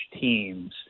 teams